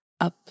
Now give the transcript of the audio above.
up